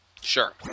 Sure